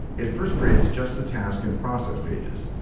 it first creates just the task and process pages.